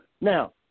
Now